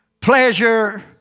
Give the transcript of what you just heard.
pleasure